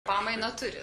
pamainą turit